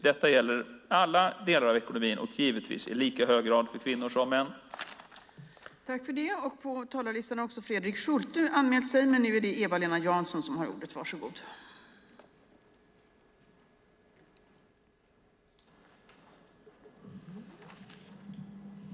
Detta gäller alla delar av ekonomin och givetvis i lika hög grad för kvinnor som för män.